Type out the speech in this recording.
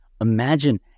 Imagine